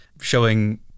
showing